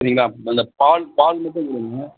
சரிங்களா அந்த பால் பால் மட்டும் கொடுங்க